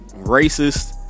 racist